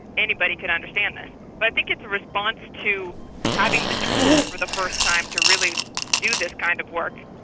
anybody can understand that. but i think it's response to having the tools for the first time to really do this kind of work.